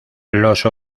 los